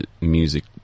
music